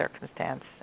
circumstance